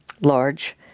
large